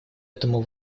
этому